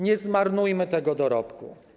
Nie zmarnujmy tego dorobku.